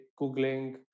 googling